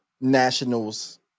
nationals